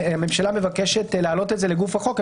עכשיו הממשלה מבקשת להעלות את זה לגוף החוק.